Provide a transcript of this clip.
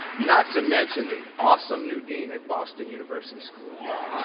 not to mention, the awesome new dean at boston university school of law.